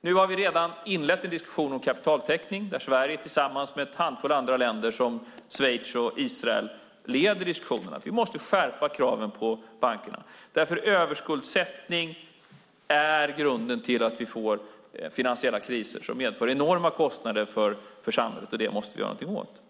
Nu har vi redan inlett en diskussion om kapitaltäckning där Sverige tillsammans med en handfull andra länder som Schweiz och Israel leder diskussionerna. Vi måste skärpa kraven på bankerna därför att överskuldsättning är grunden till att vi får finansiella kriser som medför enorma kostnader för samhället. Det måste vi göra någonting åt.